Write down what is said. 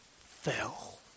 fell